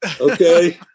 Okay